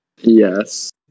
Yes